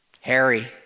Harry